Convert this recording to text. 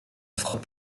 frotte